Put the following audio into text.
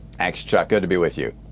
thanks, chuck. good to be with you.